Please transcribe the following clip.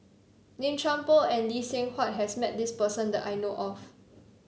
Lim Chuan Poh and Lee Seng Huat has met this person that I know of